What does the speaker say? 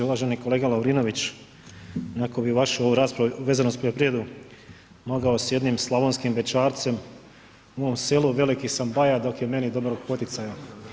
Uvaženi kolega Lovrinović, netko bi vašu ovu raspravu vezano uz poljoprivredu mogao sa jednom slavonskim bećarcem „u mom selu veliki sam baja, dok je meni dobrog poticaja“